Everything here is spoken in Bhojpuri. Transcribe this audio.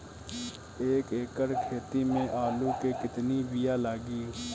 एक एकड़ खेती में आलू के कितनी विया लागी?